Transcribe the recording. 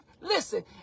Listen